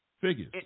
Figures